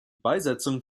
beisetzung